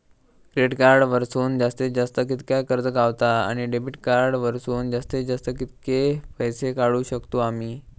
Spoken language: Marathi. क्रेडिट कार्ड वरसून जास्तीत जास्त कितक्या कर्ज गावता, आणि डेबिट कार्ड वरसून जास्तीत जास्त कितके पैसे काढुक शकतू आम्ही?